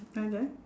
and then